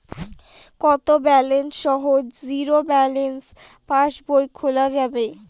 কত ব্যালেন্স সহ zero balance পাসবই খোলা যাবে?